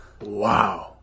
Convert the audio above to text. Wow